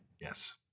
yes